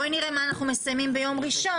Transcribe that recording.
מה שנסיים ביום ראשון,